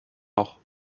noch